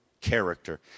character